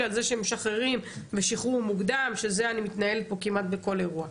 על זה שמשחררים בשחרור מוקדם שזה אני מתנהלת פה כמעט בכל אירוע.